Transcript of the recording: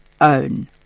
own